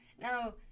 Now